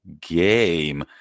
game